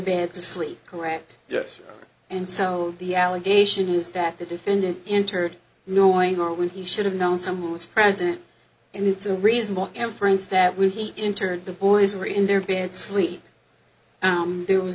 asleep correct yes and so the allegation is that the defendant entered knowing or when he should have known someone was present and it's a reasonable and friends that when he entered the boys were in their bed sleep there was